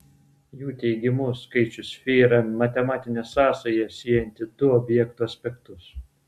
jų teigimu skaičius fi yra matematinė sąsaja siejanti du objekto aspektus